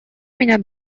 меня